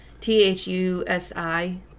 T-H-U-S-I